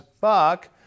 fuck